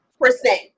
percent